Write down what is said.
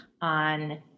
on